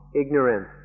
ignorance